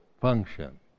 function